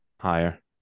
higher